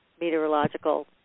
meteorological